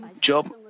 Job